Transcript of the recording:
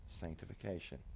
sanctification